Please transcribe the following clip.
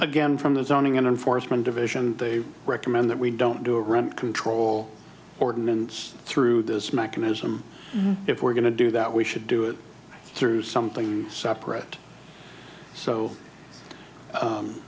again from the zoning and enforcement division they recommend that we don't do a rent control ordinance through this mechanism if we're going to do that we should do it through something separate so